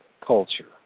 culture